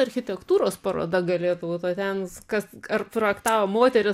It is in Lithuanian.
architektūros paroda galėtų būt o ten s kas ar projektavo moterys